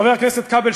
חבר הכנסת כבל,